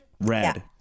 red